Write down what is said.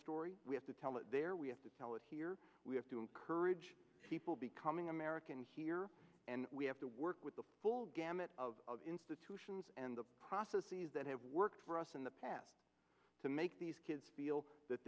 story we have to tell it there we have to tell it here we have to encourage people becoming americans here and we have to work with the full gamut of institutions and the processes that have worked for us in the past to make these kids feel that